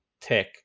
tech